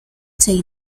take